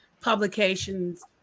publications